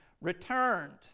returned